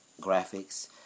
graphics